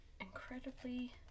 incredibly